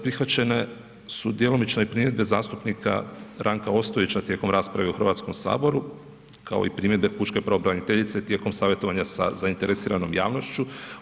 Prihvaćena su djelomično i primjedbe zastupnika Ranka Ostojića tijekom rasprave u Hrvatskom saboru, kao i primjedbe pučke pravobraniteljice tijekom savjetovanja sa zainteresiranom javnošću.